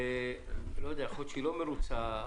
יכול להיות שהיא לא מרוצה,